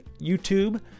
youtube